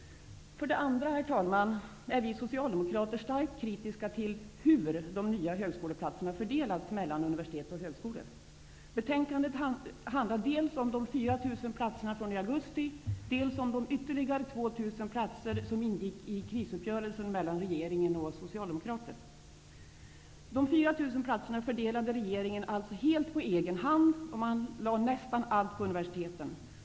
För det andra är vi socialdemokrater starkt kritiska till hur de nya högskoleplatserna fördelats mellan universitet och högskolor. Betänkandet handlar dels om de 4 000 platserna från i augusti, dels om de ytterligare 2 000 platser som ingick i krisuppgörelsen mellan regeringen och oss socialdemokrater. De 4 000 platserna fördelade regeringen alltså helt på egen hand och man lade nästan allt på universiteten.